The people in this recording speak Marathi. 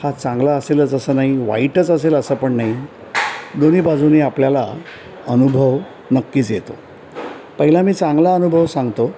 हा चांगला असेलच असं नाही वाईटच असेल असं पण नाही दोन्ही बाजूनही आपल्याला अनुभव नक्कीच येतो पहिला मी चांगला अनुभव सांगतो